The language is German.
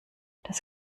das